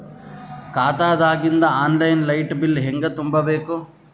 ಖಾತಾದಾಗಿಂದ online light bill ಹೇಂಗ ತುಂಬಾ ಬೇಕು?